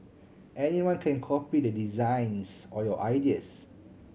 anyone can copy the designs or your ideas